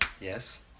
Yes